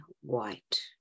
white